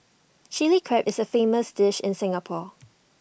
Chilli Crab is A famous dish in Singapore